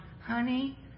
honey